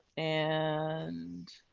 and